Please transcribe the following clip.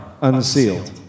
unsealed